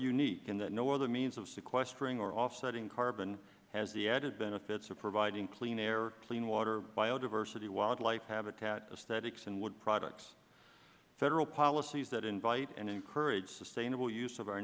unique in that no other means of sequestering or offsetting carbon has the added benefits of providing clean air clean water biodiversity wildlife habitat aesthetics and wood products federal policies that invite and encourage sustainable use of our